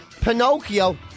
Pinocchio